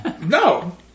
No